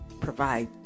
provide